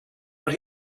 but